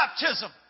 baptism